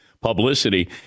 publicity